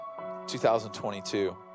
2022